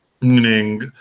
meaning